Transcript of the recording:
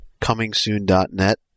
comingsoon.net